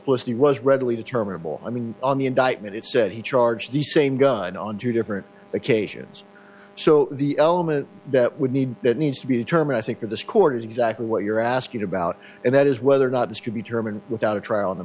multiplicity was readily determinable i mean on the indictment it said he charged the same gun on two different occasions so the element that would need that needs to be determined i think of this court is exactly what you're asking about and that is whether or not distribute turman without a trial on the